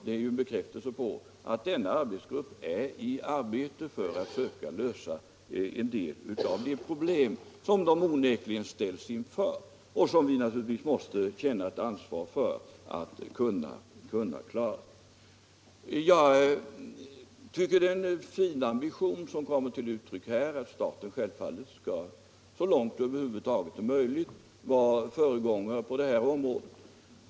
Det är en bekräftelse på att denna arbetsgrupp är i arbete för att söka lösa en del av de problem som personalen onekligen ställs inför och som vi naturligtvis måste känna ett ansvar för att lösa. Jag tycker att det är en fin ambition som kommer till uttryck när man här säger att staten så långt det är möjligt skall vara föregångare på det här området.